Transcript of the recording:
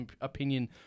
opinion